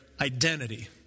identity